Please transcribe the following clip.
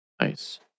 Nice